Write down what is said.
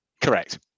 Correct